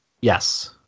yes